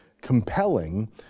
compelling